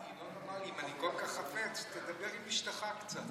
ינון אמר לי: אם אתה כל כך חפץ, תדבר עם אשתך קצת.